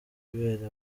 ibere